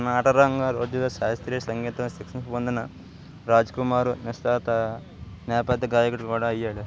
తన నాటక రంగం రోజులలో శాస్త్రీయ సంగీతంలో శిక్షణ పొందిన రాజు కుమార్ నిష్ణాత నేపథ్య గాయకుడు కూడా అయ్యాడు